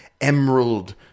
Emerald